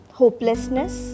hopelessness